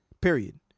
period